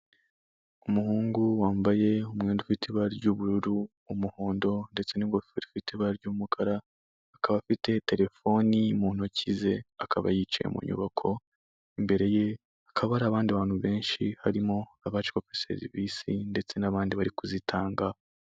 Umuhungu wambaye umwenda ufite ibara ry'ubururu, umuhondo ndetse n'ingofero ifite ibara ry'umukara, akaba afite telefoni mu ntoki ze akaba yicaye mu nyubako, imbere ye hakaba hari abandi bantu benshi harimo abaje kwaka serivisi ndetse n'abandi bari kuzitanga.